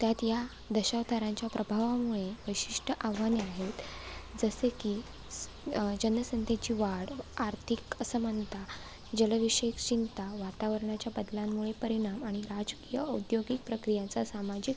त्यात ह्या दशावतारांच्या प्रभावामुळे विशिष्ट आव्हाने आहेत जसे की स् जनसंख्येची वाढ आर्थिक असमानता जलविषयक चिंता वातावरणाच्या बदलांमुळे परिणाम आणि राजकीय औद्योगिक प्रक्रियांचा सामाजिक